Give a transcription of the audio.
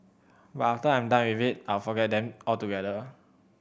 but after I'm done with it I'll forget them altogether